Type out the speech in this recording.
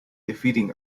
defeating